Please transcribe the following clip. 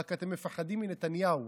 רק אתם מפחדים מנתניהו,